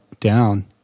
down